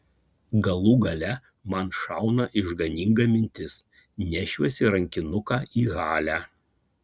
galų gale man šauna išganinga mintis nešiuosi rankinuką į halę